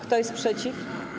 Kto jest przeciw?